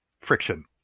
friction